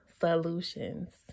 solutions